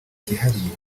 kihariye